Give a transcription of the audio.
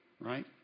right